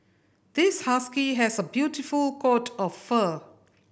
this husky has a beautiful coat of fur